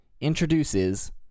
introduces